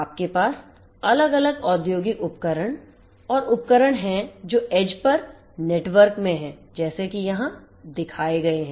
आपके पास अलग अलग औद्योगिक उपकरण और उपकरण हैं जो edge पर नेटवर्क में हैं जैसे कि यहां दिखाए गए हैं